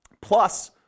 plus